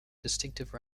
distinctive